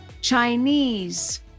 Chinese